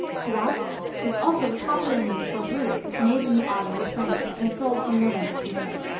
gras is also the popular name for brie that's made in the autumn in france and sold from november to may.